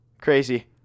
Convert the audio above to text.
Crazy